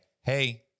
hey